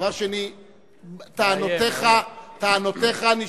חבר הכנסת בר-און פתאום הוא לא גילה.